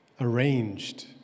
arranged